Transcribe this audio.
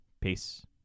Peace